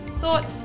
thought